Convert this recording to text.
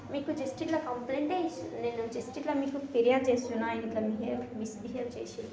మీకు జస్ట్ ఇట్లా కంప్లైంటే నేను జస్ట్ మీకు ఇట్లా ఫిర్యాదు చేస్తున్న ఇట్లా బిహేవ్ మిస్ బిహేవ్ చేసి